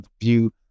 view